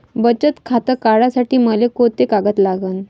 बचत खातं काढासाठी मले कोंते कागद लागन?